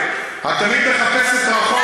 את תמיד מחפשת רחוק.